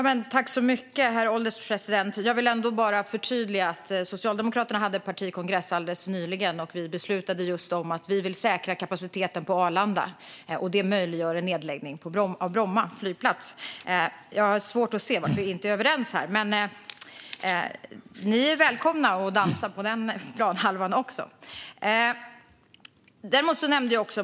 Herr ålderspresident! Jag vill bara förtydliga att Socialdemokraterna alldeles nyligen hade partikongress, och vi beslutade just om att vi vill säkra kapaciteten på Arlanda. Det möjliggör en nedläggning av Bromma flygplats. Jag har svårt att se varför vi inte är överens om det. Men Moderaterna är välkomna att dansa på den planhalvan också.